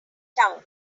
town